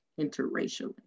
interracially